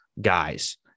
guys